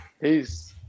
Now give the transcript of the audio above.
Peace